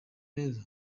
neza